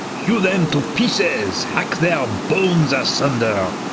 hew them to peeces, hack their bones assunder,